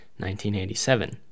1987